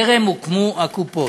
טרם הוקמו הקופות.